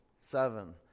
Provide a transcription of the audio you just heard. seven